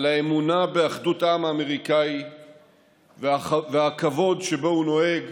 על האמונה באחדות העם האמריקני והכבוד שבו הוא נוהג